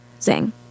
zing